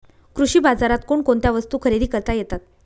कृषी बाजारात कोणकोणत्या वस्तू खरेदी करता येतात